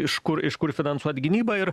iš kur iš kur finansuot gynybą ir